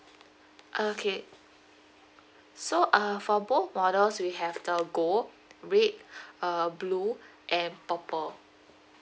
okay so uh for both models we have the gold red uh blue and purple